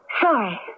Sorry